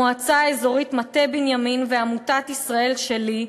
המועצה האזורית מטה-בנימין ועמותת "ישראל שלי",